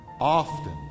often